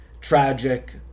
tragic